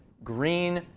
green,